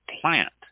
plant